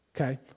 Okay